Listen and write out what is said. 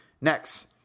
Next